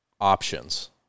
options